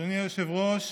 אדוני היושב-ראש,